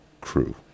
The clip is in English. crew